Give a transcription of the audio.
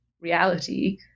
reality